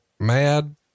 mad